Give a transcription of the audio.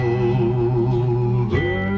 over